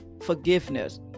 forgiveness